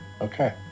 Okay